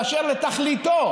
באשר לתכליתו.